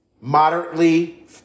moderately